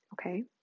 okay